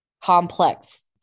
complex